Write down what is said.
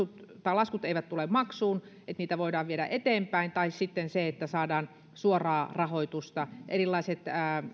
laskut eivät tule maksuun että niitä voidaan viedä eteenpäin tai sitten se että saadaan suoraa rahoitusta erilaiset